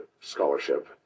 scholarship